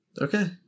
Okay